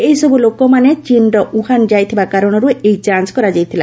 ଏହି ସବୁ ଲୋକମାନେ ଚୀନ ଉହ୍ୱାନ ଯାଇଥିବା କାରଣରୁ ଏହି ଯାଞ୍ଚ କରାଯାଇଥିଲା